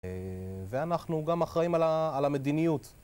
ואנחנו גם אחראים על המדיניות